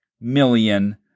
million